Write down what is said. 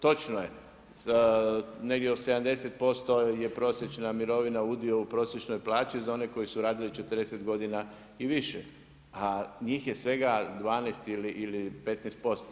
Točno je negdje od 70% je prosječna mirovina, udio u prosječnoj plaći za one koji su radili 40 godina i više, a njih je svega 12 ili 15%